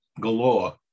galore